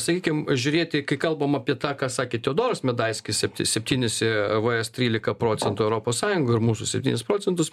sakykim žiūrėti kai kalbam apie tą ką sakė teodoras medaiskis septi septynis e e v s trylika procentų europos sąjungoj ir mūsų septynis procentus